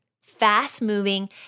fast-moving